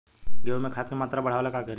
गेहूं में खाद के मात्रा बढ़ावेला का करी?